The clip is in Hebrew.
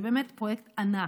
זה באמת פרויקט ענק.